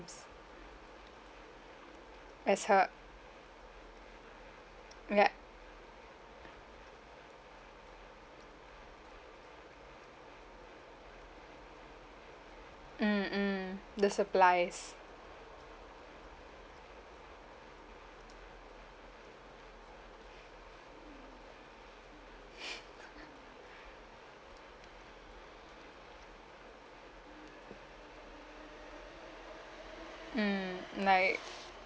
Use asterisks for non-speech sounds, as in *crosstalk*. as her ya mm mm the supplies *laughs* mm mm like